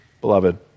beloved